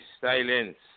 silence